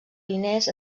diners